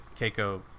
Keiko